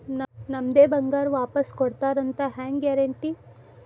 ನಮ್ಮದೇ ಬಂಗಾರ ವಾಪಸ್ ಕೊಡ್ತಾರಂತ ಹೆಂಗ್ ಗ್ಯಾರಂಟಿ?